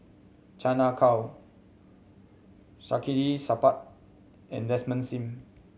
Chan Ah Kow Saktiandi Supaat and Desmond Sim